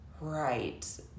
Right